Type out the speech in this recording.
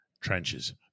Trenches